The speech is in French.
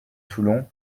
toulon